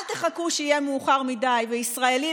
אל תחכו שיהיה מאוחר מדי וישראלי,